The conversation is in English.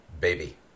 baby